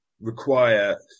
Require